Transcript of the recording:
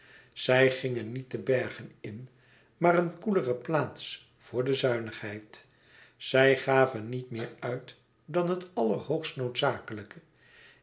zij gingen niet de bergen in naar éen koelere plaats voor de zuinigheid zij gaven niet meer uit dan het allerhoogst noodzakelijke